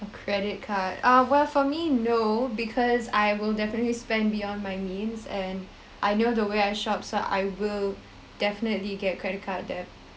a credit card ah well for me no because I will definitely spend beyond my means and I know the way I shop so I will definitely get credit card debt